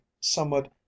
somewhat